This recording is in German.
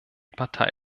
partei